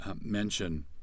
Mention